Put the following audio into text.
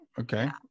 Okay